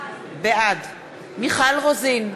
בעד מיכל רוזין,